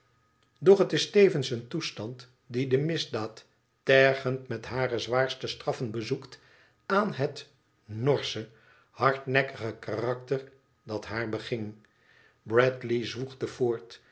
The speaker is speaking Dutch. doch het is tevens een toestand die de misdaad tergend met hare zwaarste straffen bezoekt aan het norsche hardnekkige karakter dat haar beging bradley zwoegde voort